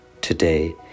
Today